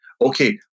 Okay